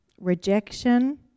rejection